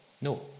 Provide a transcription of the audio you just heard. No